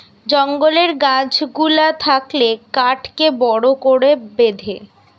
জঙ্গলের গাছ গুলা থাকলে কাঠকে বড় করে বেঁধে